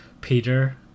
Peter